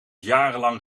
jarenlang